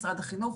משרד החינוך.